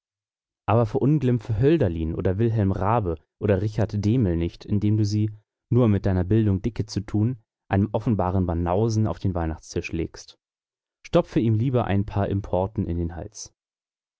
aber verunglimpfe hölderlin oder wilhelm raabe oder richard dehmel nicht indem du sie nur um mit deiner bildung dicke zu tun einem offenbaren banausen auf den weihnachtstisch legst stopfe ihm lieber ein paar importen in den hals